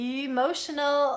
emotional